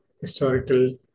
historical